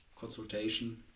consultation